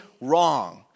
wrong